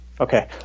Okay